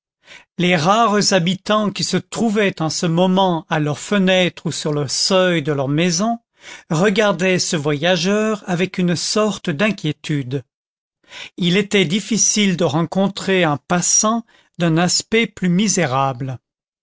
les rares habitants qui se trouvaient en ce moment à leurs fenêtres ou sur le seuil de leurs maisons regardaient ce voyageur avec une sorte d'inquiétude il était difficile de rencontrer un passant d'un aspect plus misérable